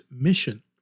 mission